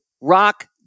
rock